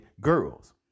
girls